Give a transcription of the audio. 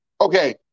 Okay